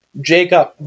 Jacob